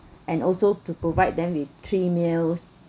and also to provide them with three meals